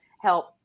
help